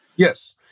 Yes